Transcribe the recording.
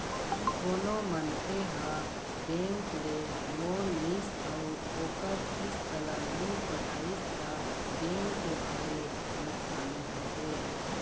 कोनो मनखे ह बेंक ले लोन लिस अउ ओखर किस्त ल नइ पटइस त बेंक के भारी नुकसानी होथे